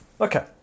Okay